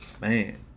man